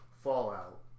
Fallout